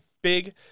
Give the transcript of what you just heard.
big